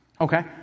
Okay